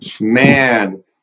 Man